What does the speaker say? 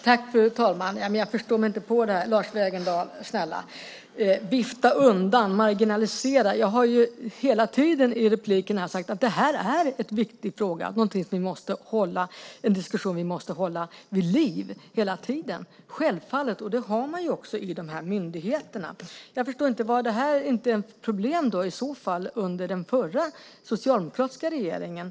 Fru talman! Jag förstår mig inte på det här, snälla Lars Wegendal! Du pratar om att vifta undan och marginalisera. Jag har ju hela tiden i mina inlägg här sagt att det här är en viktig fråga och en diskussion som vi måste hålla vid liv hela tiden. Det är självklart, och det gör man ju också i de här myndigheterna. Jag förstår inte - var det här då inte ett problem under den förra, socialdemokratiska regeringen?